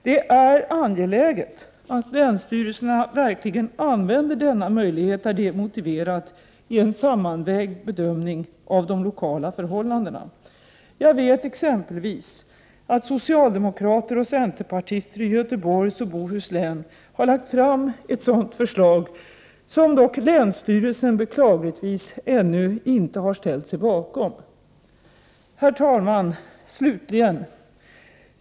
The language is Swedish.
Det är angeläget att länsstyrelserna verkligen använder denna möjlighet där det är motiverat i en sammanvägd bedömning av de lokala förhållandena. Jag vet exempelvis att socialdemokrater och centerpartister i Göteborgs och Bohus län lagt fram ett sådant förslag, som dock länsstyrelsen beklagligtvis ännu inte ställt sig bakom. Slutligen, herr talman!